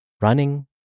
running